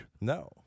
No